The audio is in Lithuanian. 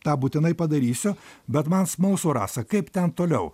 tą būtinai padarysiu bet man smalsu rasa kaip ten toliau